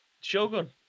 Shogun